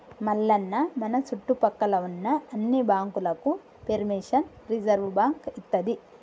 మల్లన్న మన సుట్టుపక్కల ఉన్న అన్ని బాంకులకు పెర్మిషన్ రిజర్వ్ బాంకు ఇత్తది